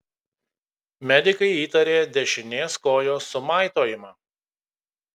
medikai įtarė dešinės kojos sumaitojimą